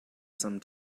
some